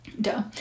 Duh